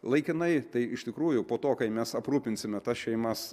laikinai tai iš tikrųjų po to kai mes aprūpinsime tas šeimas